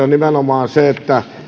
on nimenomaan se että